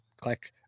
click